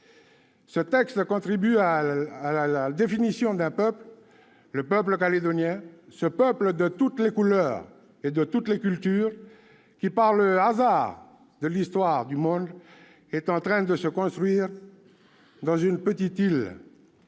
Ce texte contribue à la définition d'un peuple, le peuple calédonien, ce peuple de toutes les couleurs et de toutes les cultures, qui, par les hasards de l'histoire du monde, est en train de se construire dans une petite île